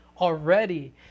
Already